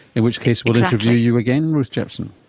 in which case we'll interview you again, ruth jepson.